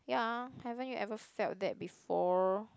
ya haven't you ever felt that before